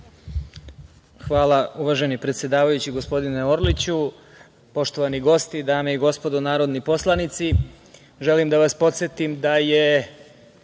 Hvala, uvaženi predsedavajući, gospodine Orliću. Poštovani gosti, dame i gospodo narodni poslanici, želim da vas podsetim da je